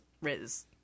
Riz